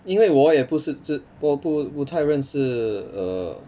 因为我也不是只我不不太认识 err